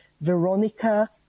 Veronica